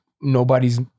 nobody's